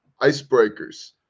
Icebreakers